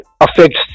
affects